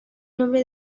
nombre